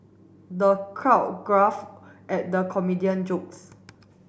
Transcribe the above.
the crowd at the comedian jokes